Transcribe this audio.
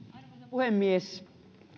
puhemies